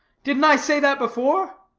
didn't i say that before?